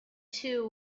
two